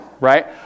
right